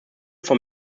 von